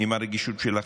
עם הרגישות שלך,